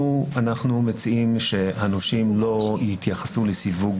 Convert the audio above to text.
אנחנו מציעים שהנושים לא יתייחסו לסיווג